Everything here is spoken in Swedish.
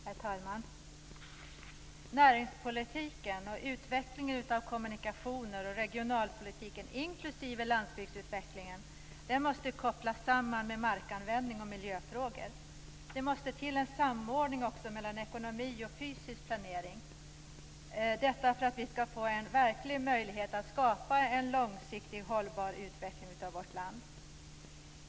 Herr talman! Näringspolitiken, utvecklingen av kommunikationer och regionalpolitiken inklusive landsbygdsutvecklingen måste kopplas samman med markanvändning och miljöfrågor. Det måste till en samordning mellan ekonomi av fysisk planering, detta för att vi skall få en verklig möjlighet att skapa en långsiktigt hållbar utveckling av vårt land.